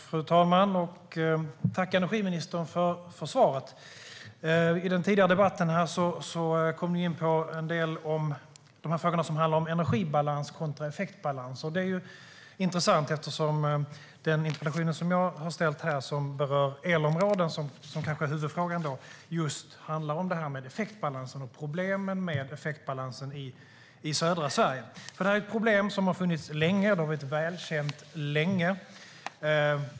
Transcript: Fru talman! Jag tackar energiministern för svaret. I den tidigare debatten kom vi in en del på frågor om energibalans kontra effektbalans. Det är intressant eftersom den interpellation som jag har ställt och som berör elområden, som kanske är huvudfrågan, handlar just om effektbalansen och problemen med denna i södra Sverige. Det är ett välkänt problem som har funnits länge.